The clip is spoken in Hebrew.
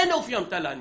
אין אופיים תל"נים.